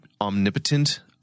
omnipotent